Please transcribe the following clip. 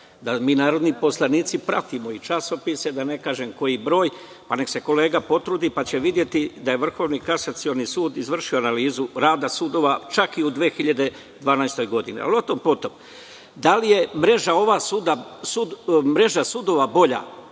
da mi narodni poslanici pratimo časopise, da ne kažemo koji broj, pa neka se kolega potrudi, pa će videti da je Vrhovni kasacioni sud izvršio analizu rada sudova, čak i u 2012. godini, ali o tom potom. Da li je mreža sudova bolja?